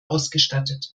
ausgestattet